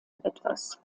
etwas